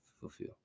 fulfill